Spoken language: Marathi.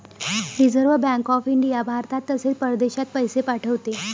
रिझर्व्ह बँक ऑफ इंडिया भारतात तसेच परदेशात पैसे पाठवते